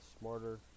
smarter